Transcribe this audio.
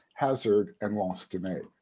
hazard, and lansquenet.